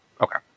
okay